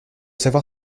savoir